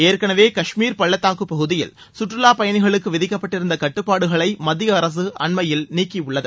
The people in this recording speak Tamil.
ஏற்கனவே காஷ்மீர் பள்ளத்தாக்கு பகுதியில் கற்றுவாப் பயணிகளுக்கு விதிக்கப்பட்டிருந்த கட்டுபாடுகளை மத்திய அரசு அண்மையில் நீக்கியுள்ளது